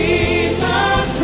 Jesus